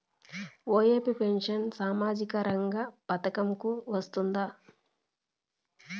OAP pension సామాజిక రంగ పథకం కు వస్తుందా?